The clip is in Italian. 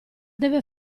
deve